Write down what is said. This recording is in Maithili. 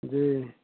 जी